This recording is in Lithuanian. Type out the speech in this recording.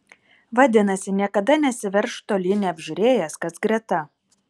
vadinasi niekada nesiveržk tolyn neapžiūrėjęs kas greta